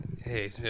Hey